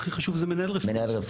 הדבר הכי חשוב הוא מנהל רפואי,